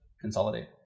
consolidate